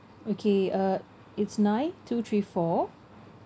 okay uh it's nine two three four